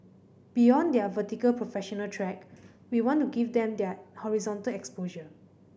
beyond their vertical professional track we want to give them their horizontal exposure